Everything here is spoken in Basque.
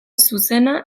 zuzena